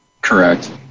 Correct